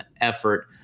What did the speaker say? effort